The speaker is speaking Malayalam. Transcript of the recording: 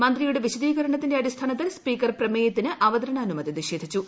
മന്ത്രിയുടെ വിശദീകരണത്തിന്റെ അടിസ്ഥാനത്തിൽ സ്പീക്കർ പ്രമേയത്തിന് അവതരണാനുമതി നിഷേധിച്ചു